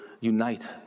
unite